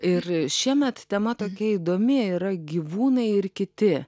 ir šiemet tema tokia įdomi yra gyvūnai ir kiti